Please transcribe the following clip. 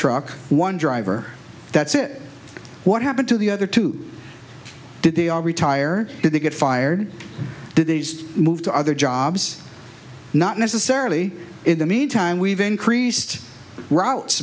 truck one driver that's it what happened to the other two did they all retire did they get fired did they just move to other jobs not necessarily in the meantime we've increased routes